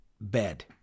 bed